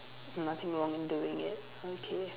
nothing wrong in doing it okay